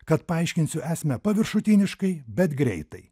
kad paaiškinsiu esmę paviršutiniškai bet greitai